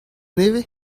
nevez